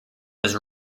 was